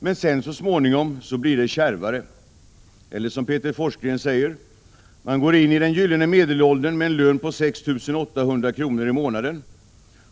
Men så småningom blir det kärvare, eller som Peter Forsgren säger: ”Man går in i den gyllene medelåldern med en lön på 6 800 kronor i månaden.